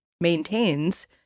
maintains